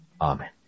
Amen